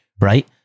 right